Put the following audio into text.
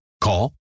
Call